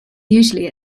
usually